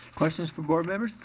questions from board members?